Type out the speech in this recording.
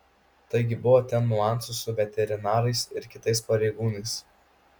taigi buvo ten niuansų su veterinarais ir kitais pareigūnais